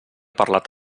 parlat